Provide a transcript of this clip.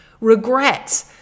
regret